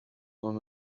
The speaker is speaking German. man